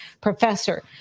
professor